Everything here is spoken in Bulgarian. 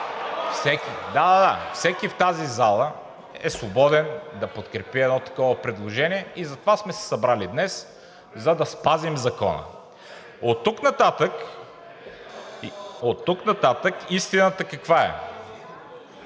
всеки в тази зала е свободен да подкрепи едно такова предложение и затова сме се събрали днес, за да спазим закона. Оттук нататък каква е